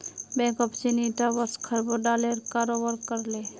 bank of चीन ईटा वर्ष खरबों डॉलरेर कारोबार कर ले